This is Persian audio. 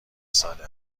ساده